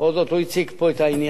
בכל זאת הוא הציג פה את העניין.